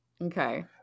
Okay